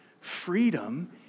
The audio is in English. Freedom